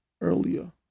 earlier